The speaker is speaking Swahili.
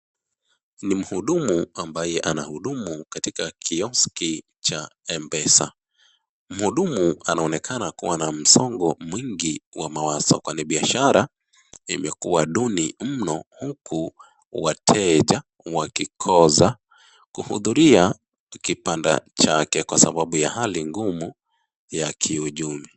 Ni mhudumu ambaye anahudumu katika kioski cha M-PESA. Mhudumu anaonekana kuwa na msongo mwingi wa mawazo kwani biashara imekuwa duni mno uku wateja wakikosa kuhudhuria kibanda chake kwa sababu ya hali gumu ya kiuchumi.